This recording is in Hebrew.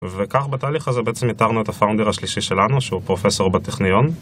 וכך בתהליך הזה בעצם איתרנו את הפאונדר השלישי שלנו שהוא פרופסור בטכניון.